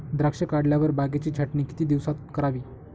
द्राक्षे काढल्यावर बागेची छाटणी किती दिवसात करावी?